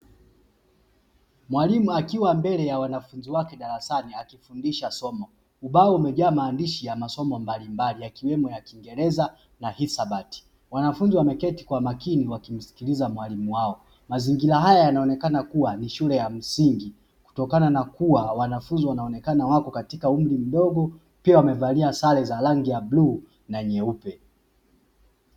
Mwalimu akiwa mbele ya wanafunzi wake darasani akifundisha somo ubao umejaa maandishi ya masomo mbalimbali akiwemo ya kiingereza na hisabati, wanafunzi wameketi kwa makini wakimsikiliza mwalimu wao mazingira haya yanaonekana kuwa ni shule ya msingi, kutokana na kuwa wanafunzi wanaonekana wako katika umri mdogo, pia wamevalia sare za rangi ya bluu na nyeupe.